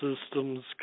systems